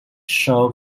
show